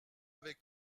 avec